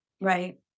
Right